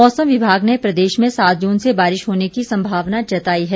मौसम विभाग ने प्रदेश में सात जून से बारिश होने की सम्भावना जताई है